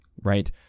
right